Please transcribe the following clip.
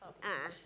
a'ah